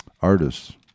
artists